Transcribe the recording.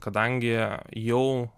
kadangi jau